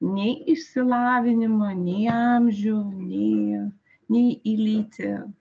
nei išsilavinimo nei amžių nei nei į lytį